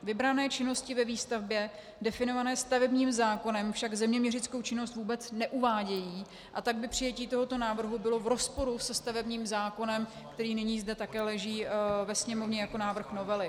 Vybrané činnosti ve výstavbě definované stavebním zákonem však zeměměřickou činnost vůbec neuvádějí, a tak by přijetí tohoto návrhu bylo v rozporu se stavebním zákonem, který nyní zde také leží ve Sněmovně jako návrh novely.